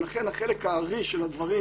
לכן החלק הארי של הדברים,